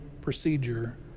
procedure